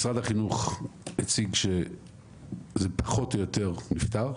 משרד החינוך הציג שזה פחות או יותר נפתר?